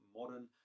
modern